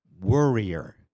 worrier